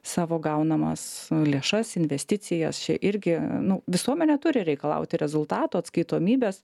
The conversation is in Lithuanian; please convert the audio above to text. savo gaunamas lėšas investicijas čia irgi nu visuomenė turi reikalauti rezultatų atskaitomybės